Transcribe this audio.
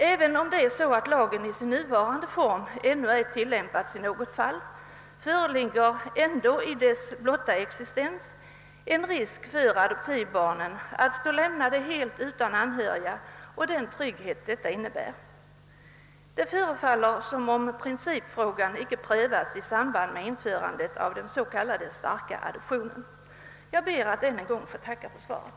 Även om lagen i sin nuvarande form ännu ej tillämpats i något fall, föreligger ändå genom dess blotta existens risk för att adoptivbarnen står lämnade helt utan anhöriga och den trygghet denna kontakt innebär. Det förefaller som om den principfrågan inte hade prövats i samband med införandet av den s.k. starka adoptionen. Jag ber att än en gång få tacka för svaret.